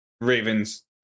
Ravens